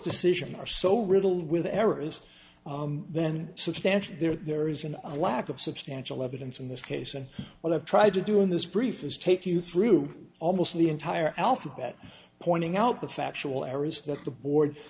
decision are so riddled with errors then substantial there isn't a lack of substantial evidence in this case and what i've tried to do in this brief is take you through almost the entire alphabet pointing out the factual errors that the board